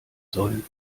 sollen